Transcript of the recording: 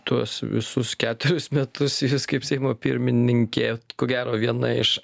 tuos visus keturis metus jūs kaip seimo pirmininkė ko gero viena iš